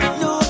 no